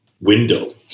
window